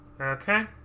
okay